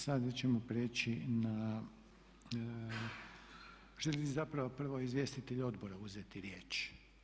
Sada ćemo prijeći na, želi li zapravo prvo izvjestitelj odbora uzeti riječ?